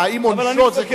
האם עונשו זה גרוניס?